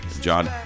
John